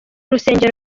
rusengero